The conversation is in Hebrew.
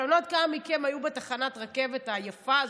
אני לא יודעת כמה מכם היו בתחנת הרכבת היפה הזאת,